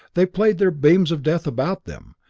they played their beams of death about them,